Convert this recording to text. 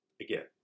Again